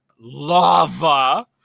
lava